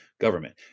government